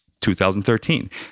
2013